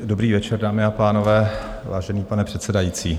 Dobrý večer, dámy a pánové, vážený pane předsedající.